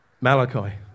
Malachi